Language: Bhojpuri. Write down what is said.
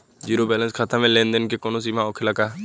जीरो बैलेंस खाता में लेन देन के कवनो सीमा होखे ला का?